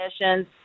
missions